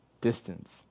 distance